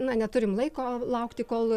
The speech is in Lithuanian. na neturim laiko laukti kol